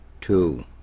two